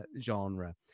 genre